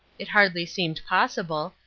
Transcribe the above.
it hardly seemed possible,